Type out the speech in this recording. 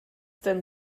denn